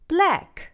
Black